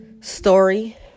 story